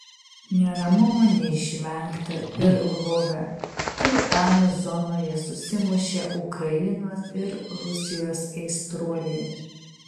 neramumų neišvengta ir lvove kur fanų zonoje susimušė ukrainos ir rusijos aistruoliai